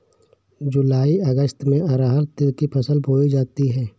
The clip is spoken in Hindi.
जूलाई अगस्त में अरहर तिल की फसल बोई जाती हैं